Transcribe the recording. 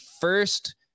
first